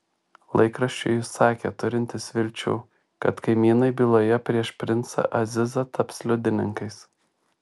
laikraščiui jis sakė turintis vilčių kad kaimynai byloje prieš princą azizą taps liudininkais